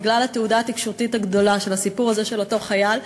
בגלל התהודה התקשורתית הגדולה של הסיפור הזה של אותו חייל,